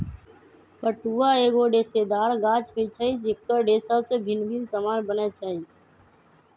पटुआ एगो रेशेदार गाछ होइ छइ जेकर रेशा से भिन्न भिन्न समान बनै छै